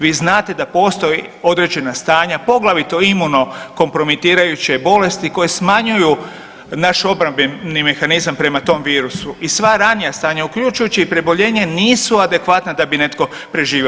Vi znate da postoje određena stanja, poglavito imuno kompromitirajuće bolesti koje smanjuju naš obrambeni mehanizam prema tom virusu i sva ranija stanja, uključujući i preboljenje nisu adekvatna da bi netko preživio.